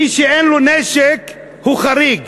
מי שאין לו נשק הוא חריג,